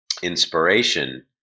Inspiration